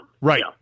Right